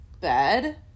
bed